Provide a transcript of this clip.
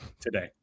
today